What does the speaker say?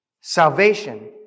salvation